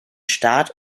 start